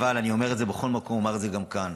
אבל אני אומר את זה בכל מקום ואומר את זה גם כאן: